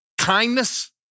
kindness